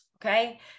Okay